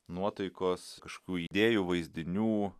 nuotaikos kažkokių idėjų vaizdinių